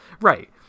Right